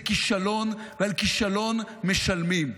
זה כישלון, ועל כישלון, משלמים.